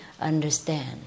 understand